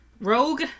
Rogue